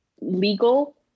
legal